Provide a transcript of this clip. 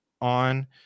on